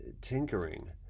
tinkering